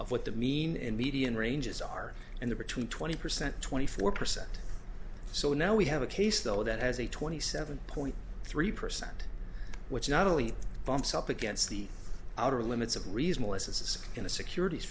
of what the mean and median ranges are and the between twenty percent twenty four percent so now we have a case though that has a twenty seven point three percent which not only bumps up against the outer limits of reason licenses in the securities